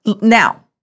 Now